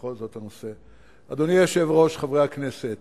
אדוני היושב-ראש, חברי הכנסת,